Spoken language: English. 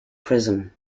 prison